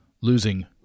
losing